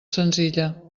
senzilla